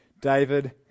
David